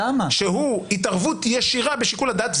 שהוא התערבות ישירה בשיקול הדעת,